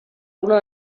una